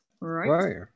Right